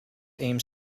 aims